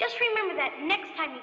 just remember that next time